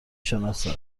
شناسد